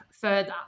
further